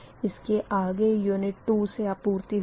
इसके आगे यूनिट 2 से आपूर्ति होगी